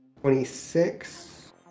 twenty-six